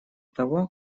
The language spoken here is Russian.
того